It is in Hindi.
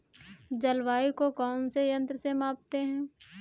जलवायु को कौन से यंत्र से मापते हैं?